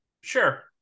Sure